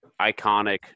iconic